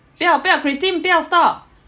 不要不要 christine 不要 stop